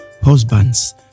Husbands